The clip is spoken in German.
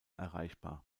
erreichbar